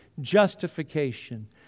justification